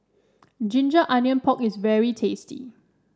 Ginger Onions Pork is very tasty